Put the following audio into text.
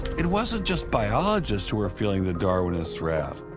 it wasn't just biologists who were feeling the darwinist wrath.